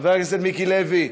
חבר הכנסת מיקי לוי?